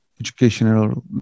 educational